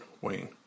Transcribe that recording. Wayne